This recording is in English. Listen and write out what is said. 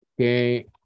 okay